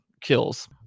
kills